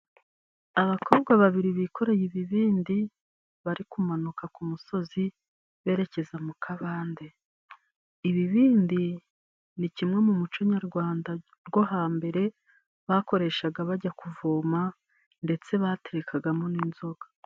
Abakobwa babiri bikoreye ibibindi bari kumanuka ku musozi, berekeza mu kabande. Ibibindi ni kimwe mu muco nyarwanda rwo hambere, bakoreshaga bajya kuvoma ndetse baterekagamo n'inzoga.